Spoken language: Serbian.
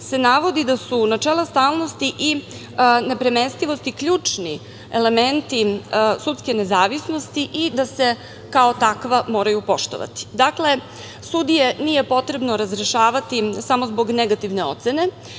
se navodi da su načela stalnosti i nepremestivosti, ključni elementi sudske nezavisnosti i da se kao takva moraju poštovati. Dakle, sudije nije potrebno razrešavati samo zbog negativne ocene,